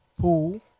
Pool